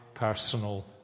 personal